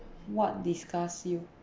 what disgust you